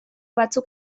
batzuk